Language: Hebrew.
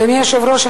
אדוני היושב-ראש,